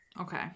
okay